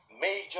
major